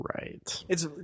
Right